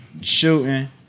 shooting